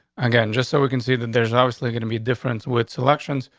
again just so we can see that there's obviously gonna be different with selections.